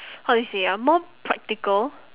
how do you say ah more practical